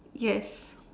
yes